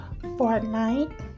Fortnite